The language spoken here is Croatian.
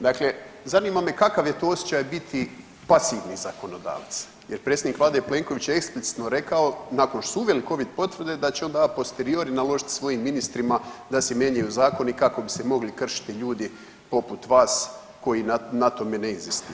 Dakle, zanima me kakav je to osjećaj biti pasivni zakonodavac jer predsjednik vlade Plenković je eksplicitno rekao nakon što su uveli Covid potvrde da će on davat posteriori naložit svojim ministrima da se mijenjaju zakoni kako bi se mogli kršiti ljudi poput vas koji na tome ne inzistiraju.